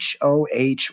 HOH